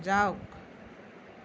যাওক